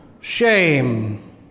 shame